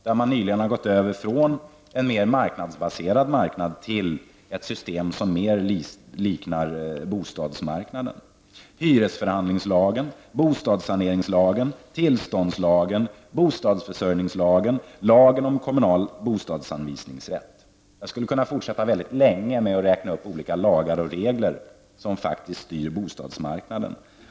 Man har nyligen gått över från ett mer marknadsbaserat till ett system som mer liknar bostadsmarknaden. Vidare är det inslag som hyresförhandlingslagen, bostadssaneringslagen tillståndslagen, bostadsförsörjningslagen, och lagen om kommunal bostadsanvisningsrätt. Jag skulle kunna fortsätta länge med att räkna upp olika lagar och regler som faktiskt styr bostadsmarknaden.